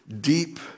deep